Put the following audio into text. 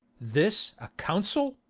this a consul?